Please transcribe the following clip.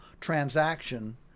transaction